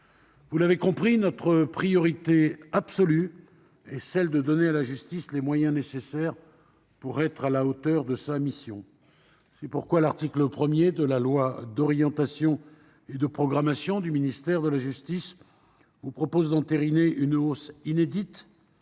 Vous l'aurez compris, notre priorité absolue est de donner à la justice les moyens nécessaires pour lui permettre d'être à la hauteur de sa mission. C'est pourquoi, à l'article 1 du projet de loi d'orientation et de programmation du ministère de la justice, je vous propose d'entériner une hausse inédite